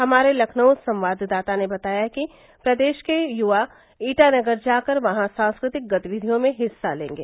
हमारे लखनऊ संवाददाता ने बताया है कि प्रदेश के युवा ईटानगर जाकर वहां सांस्कृतिक गतिविधियों में हिस्सा लेंगे